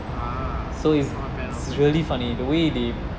ah not bad not bad